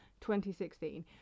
2016